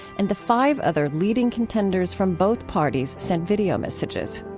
and the five other leading contenders from both parties sent video messages